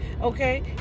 okay